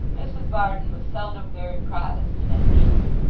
mrs varden was seldom very protestant at meals,